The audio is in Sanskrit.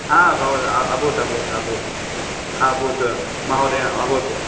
हा भवत् अभूत् अभूत् अभूत् अभूत् महोदय अभूत्